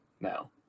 now